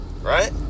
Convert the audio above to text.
right